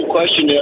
question